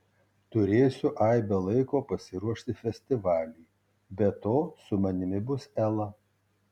turėsiu aibę laiko pasiruošti festivaliui be to su manimi bus ela